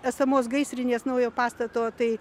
esamos gaisrinės naujo pastato tai